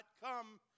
come